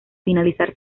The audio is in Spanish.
finalizar